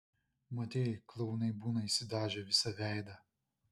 matei klounai būna išsidažę visą veidą